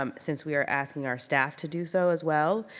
um since we are asking our staff to do so as well.